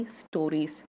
stories